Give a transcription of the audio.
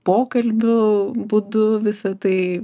pokalbių būdu visa tai